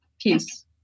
peace